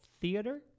Theater